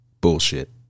bullshit